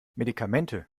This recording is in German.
medikamente